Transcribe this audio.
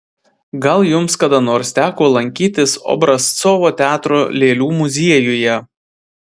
gal jums kada nors teko lankytis obrazcovo teatro lėlių muziejuje